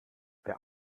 wer